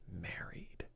Married